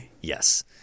Yes